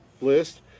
list